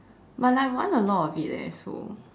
but like I want a lot of it leh so